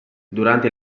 durante